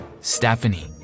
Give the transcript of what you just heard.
Stephanie